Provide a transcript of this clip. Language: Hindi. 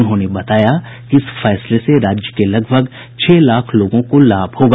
उन्होंने बताया कि इस फैसले से राज्य के लगभग छह लाख लोगों को लाभ होगा